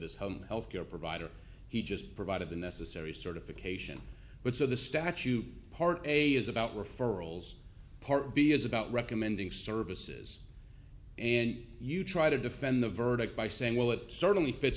this home health care provider he just provided the necessary certification which of the statute part a is about referrals part b is about recommending services and you try to defend the verdict by saying well it certainly fits